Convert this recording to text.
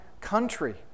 country